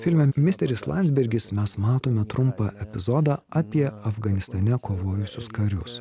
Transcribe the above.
filme misteris landsbergis mes matome trumpą epizodą apie afganistane kovojusius karius